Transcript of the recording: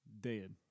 dead